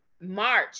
March